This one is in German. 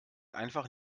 einfach